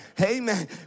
amen